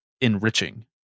enriching